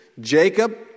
Jacob